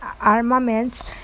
armaments